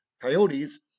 Coyotes